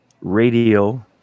radio